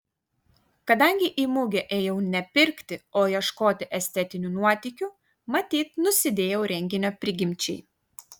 kadangi į mugę ėjau ne pirkti o ieškoti estetinių nuotykių matyt nusidėjau renginio prigimčiai